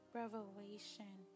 revelation